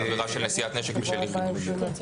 העבירה של נשיאת נשק בשל אי חידוש.